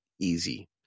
easy